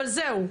אבל זהו,